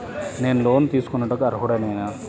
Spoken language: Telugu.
నేను లోన్ తీసుకొనుటకు అర్హుడనేన?